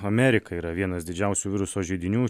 amerika yra vienas didžiausių viruso židinių